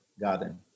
garden